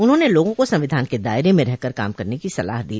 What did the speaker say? उन्होंने लोगों को संविधान के दायरे में रहकर काम करने की सलाह दी